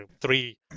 three